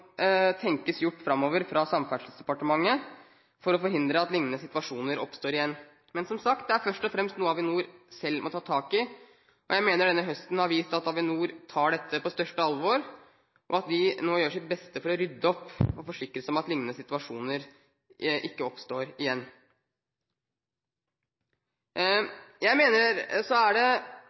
tenkes gjort framover fra Samferdselsdepartementets side for å forhindre at lignende situasjoner oppstår igjen. Men, som sagt, det er først og fremst noe Avinor selv må ta tak i. Jeg mener denne høsten har vist at Avinor tar dette på største alvor, og at de nå gjør sitt beste for å rydde opp og forsikre seg om at lignende situasjoner ikke oppstår igjen.